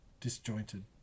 disjointed